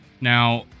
Now